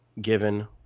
given